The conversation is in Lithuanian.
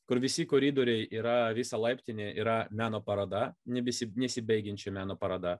kur visi koridoriai yra visa laiptinė yra meno paroda nesi nesibaigiančia meno paroda